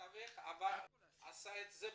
המתווך עשה את זה בשבילכם.